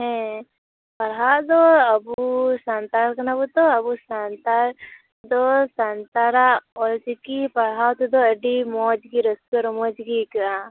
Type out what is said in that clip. ᱦᱮᱸ ᱯᱟᱲᱦᱟᱣ ᱫᱚ ᱟᱵᱚ ᱥᱟᱱᱛᱟᱲ ᱠᱟᱱᱟᱵᱚᱱ ᱛᱚ ᱟᱵᱚ ᱥᱟᱱᱛᱟᱲ ᱫᱚ ᱥᱟᱱᱛᱟᱲᱟᱜ ᱚᱞ ᱪᱤᱠᱤ ᱯᱟᱲᱦᱟᱣ ᱛᱮᱫᱚ ᱟᱹᱰᱤ ᱢᱚᱡᱽᱜᱮ ᱨᱟᱹᱥᱠᱟᱹ ᱨᱚᱢᱚᱡᱽᱜᱮ ᱟᱹᱭᱠᱟᱜᱼᱟ